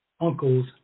uncles